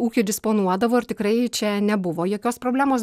ūkiu disponuodavo ir tikrai čia nebuvo jokios problemos